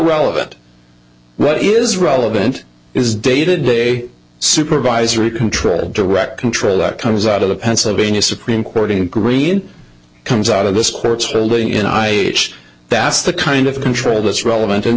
relevant what is relevant is dated a supervisory control direct control that comes out of the pennsylvania supreme court in green comes out of this court's ruling in i that's the kind of control that's relevant and